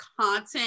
content